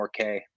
4K